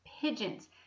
pigeons